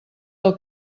del